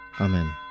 Amen